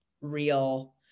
real